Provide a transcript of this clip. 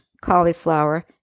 cauliflower